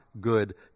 good